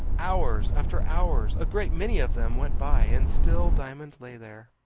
hours after hours, a great many of them, went by and still diamond lay there.